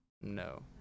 No